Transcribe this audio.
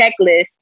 checklist